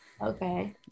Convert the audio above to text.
Okay